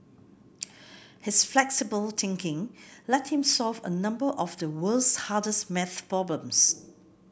his flexible thinking led him to solve a number of the world's hardest maths problems